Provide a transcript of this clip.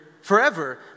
Forever